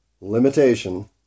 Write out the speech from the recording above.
limitation